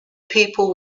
people